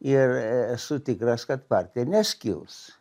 ir esu tikras kad partija neskils